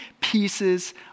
pieces